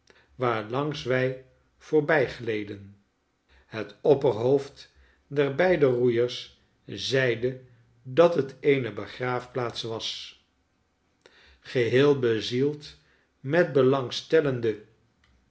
waarlangs wij voorbijgleden het opperhoofd der beide roeiers zeide dat het eene begraafplaats was geheel bezield met belangstellende